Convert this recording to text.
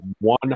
one